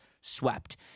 Swept